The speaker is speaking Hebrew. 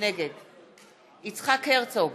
נגד יצחק הרצוג,